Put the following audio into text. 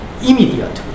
immediately